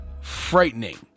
frightening